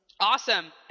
Awesome